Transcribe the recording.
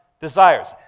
desires